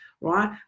right